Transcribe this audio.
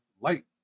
light